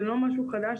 זה לא משהו חדש,